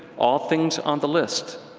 all things on the list.